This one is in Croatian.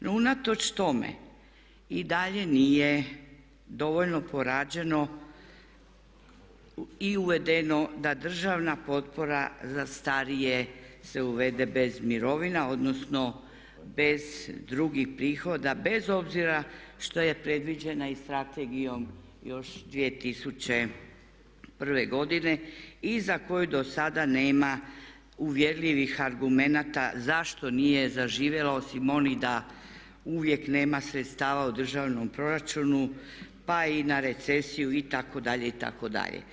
No, unatoč tome i dalje nije dovoljno napravljeno i uvedeno da državna potpora za starije se uvede bez mirovina odnosno bez drugih prihoda bez obzira što je predviđena i strategijom još 2001. godine i za koju dosada nema uvjerljivih argumenata zašto nije zaživjela osim onih da uvijek nema sredstava u državnom proračunu pa i na recesiju, itd., itd.